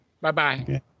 bye-bye